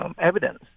evidence